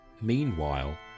Meanwhile